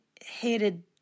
hated